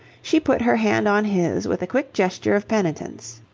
she put her hand on his with a quick gesture of penitence.